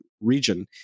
region